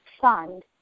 fund